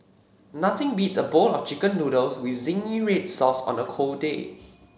nothing beats a bowl of chicken noodles with zingy red sauce on a cold day